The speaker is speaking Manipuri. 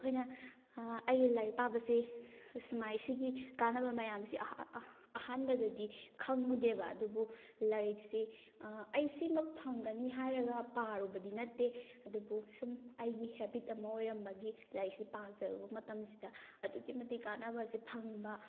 ꯑꯩꯈꯣꯏꯅ ꯑꯩꯒꯤ ꯂꯥꯏꯔꯤꯛ ꯄꯥꯕꯁꯤ ꯁꯨꯝꯃꯥꯏꯅ ꯁꯤꯒꯤ ꯀꯥꯟꯅꯕ ꯃꯌꯥꯝꯁꯤ ꯑꯍꯥꯟꯕꯗꯗꯤ ꯈꯪꯉꯨꯗꯦꯕ ꯑꯗꯨꯕꯨ ꯂꯥꯏꯔꯤꯛꯁꯤ ꯑꯩ ꯁꯤꯃꯛ ꯐꯪꯒꯅꯤ ꯍꯥꯏꯔꯒ ꯄꯥꯔꯨꯕꯗꯤ ꯅꯠꯇꯦ ꯑꯗꯨꯕꯨ ꯁꯨꯝ ꯑꯩꯒꯤ ꯍꯦꯕꯤꯠ ꯑꯃ ꯑꯣꯏꯔꯝꯕꯒꯤ ꯂꯥꯏꯔꯤꯛꯁꯤ ꯄꯥꯖꯔꯨꯕ ꯃꯇꯝꯁꯤꯗ ꯑꯗꯨꯛꯀꯤ ꯃꯇꯤꯛ ꯀꯥꯟꯅꯕꯁꯤ ꯐꯪꯕ